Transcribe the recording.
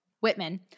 Whitman